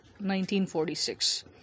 1946